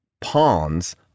pawns